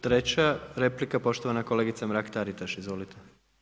Treća replika, poštovana kolegica Mrak-Taritaš, izvolite.